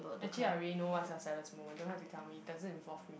actually I already know what's your saddest moment don't have to tell me doesn't involve me